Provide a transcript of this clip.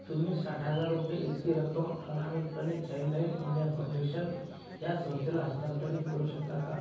तुम्ही साठ हजार रुपये इतकी रक्कम अनामितपणे चाईल्डलाईन इंडिया फाउंडेशन ह्या संस्थेला हस्तांतरित करू शकता का